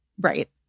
right